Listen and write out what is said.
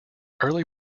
early